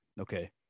Okay